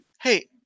hey